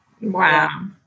Wow